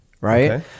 Right